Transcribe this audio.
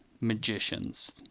magicians